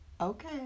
Okay